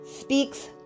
speaks